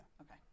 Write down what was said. Okay